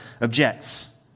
objects